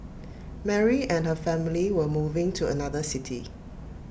Mary and her family were moving to another city